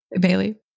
Bailey